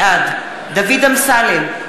בעד דוד אמסלם,